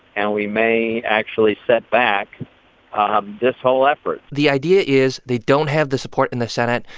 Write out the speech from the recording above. and we may actually set back um this whole effort the idea is they don't have the support in the senate.